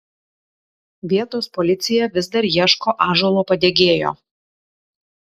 vietos policija vis dar ieško ąžuolo padegėjo